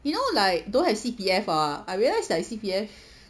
you know like don't have C_P_F ah I realise like C_P_F